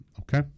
okay